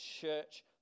church